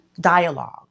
dialogue